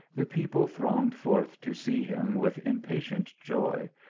the people thronged forth to see him with impatient joy,